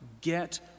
get